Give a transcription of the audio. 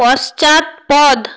পশ্চাৎপদ